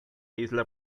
isla